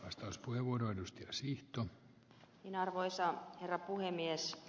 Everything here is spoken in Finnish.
vastauspuheenvuoron myös teksti on kina arvoisa herra puhemies